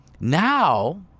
Now